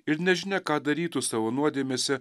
ir nežinia ką darytų savo nuodėmėse